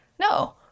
No